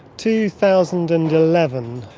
two thousand and eleven.